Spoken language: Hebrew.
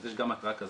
יש גם התראה כזאת.